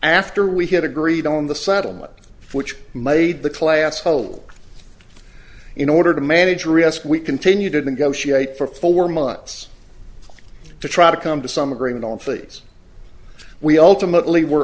after we had agreed on the settlement which made the class whole in order to manage risk we continue to negotiate for four months to try to come to some agreement on please we alternately were